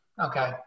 okay